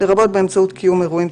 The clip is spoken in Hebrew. לרבות באמצעות קיום אירועים,